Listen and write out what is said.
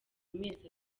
mezi